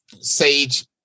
sage